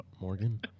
Morgan